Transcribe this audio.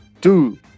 two